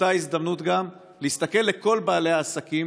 ובאותה הזדמנות גם להסתכל לכל בעלי העסקים